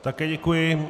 Také děkuji.